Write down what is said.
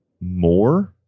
more